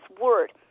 word